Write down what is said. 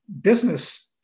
business